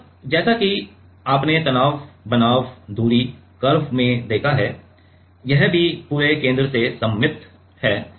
और जैसा कि आपने तनाव बनाम दूरी कर्व देखा है यह भी पूरे केंद्र में सममित है